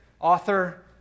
author